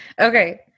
Okay